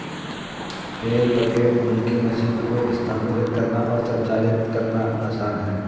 पेल bucket milking machine को स्थानांतरित करना और संचालित करना आसान है